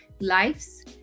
lives